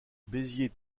béziers